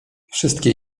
wszystkie